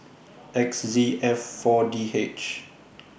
X Z F four D H